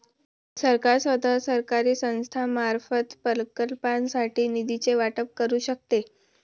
सरकार स्वतः, सरकारी संस्थांमार्फत, प्रकल्पांसाठी निधीचे वाटप करू शकते